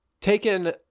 taken